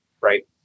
right